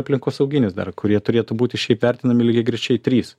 aplinkosauginis dar kurie turėtų būti šiaip vertinami lygiagrečiai trys